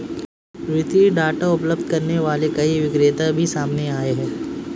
वित्तीय डाटा उपलब्ध करने वाले कई विक्रेता भी सामने आए हैं